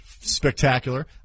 Spectacular